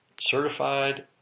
certified